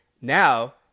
Now